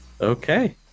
Okay